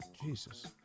Jesus